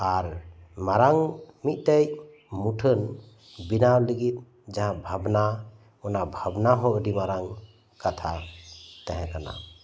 ᱟᱨ ᱢᱟᱨᱟᱝ ᱢᱤᱫ ᱴᱮᱱ ᱢᱩᱴᱷᱟᱹᱱ ᱵᱮᱱᱟᱣ ᱞᱟᱜᱤᱫ ᱡᱟᱦᱟᱸ ᱵᱷᱟᱵᱽᱱᱟ ᱚᱱᱟ ᱵᱷᱟᱵᱽᱱᱟ ᱦᱚᱸ ᱟᱰᱤ ᱢᱟᱨᱟᱝ ᱠᱟᱛᱷᱟ ᱛᱟᱦᱮᱸ ᱠᱟᱱᱟ